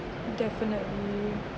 definitely